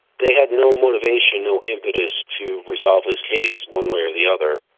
they had no motivation, no impetus to resolve his case one way or the other,